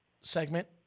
segment